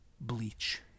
bleach